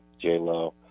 J-Lo